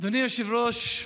אדוני היושב-ראש,